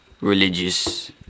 religious